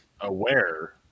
aware